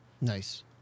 Nice